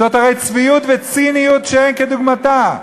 זו הרי צביעות, ציניות שאין כדוגמתה.